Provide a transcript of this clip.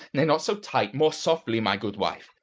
nay, not so tight. more softly, my good wife.